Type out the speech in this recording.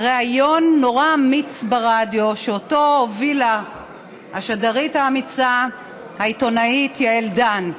ריאיון נורא אמיץ ברדיו שהובילה השדרית האמיצה העיתונאית יעל דן.